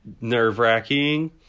nerve-wracking